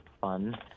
fun